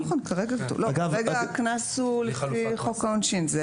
לא, כרגע הקנס הוא לפי חוק העונשין.